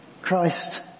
Christ